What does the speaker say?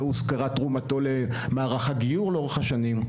לא הוזכרה תרומתו למערך הגיור לאורך השנים.